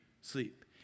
sleep